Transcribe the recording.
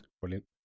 Brilliant